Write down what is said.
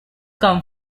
come